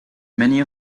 many